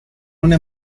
una